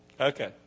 Okay